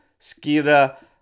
Skira